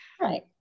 Right